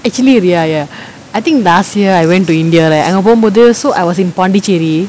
actually ya ya I think last year I went to india right அங்க போகும் போது:anga pogum pothu so I was in pondichery